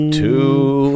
two